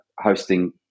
hosting